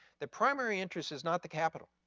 the primary interest is not the capital,